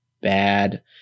bad